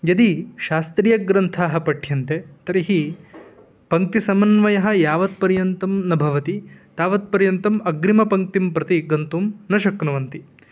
यदि शास्त्रीयग्रन्थाः पठ्यन्ते तर्हि पङ्क्तिसमन्वयः यावत्पर्यन्तं न भवति तावत्पर्यन्तम् अग्रिमपङ्क्तिं प्रति गन्तुं न शक्नुवन्ति